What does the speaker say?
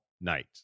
night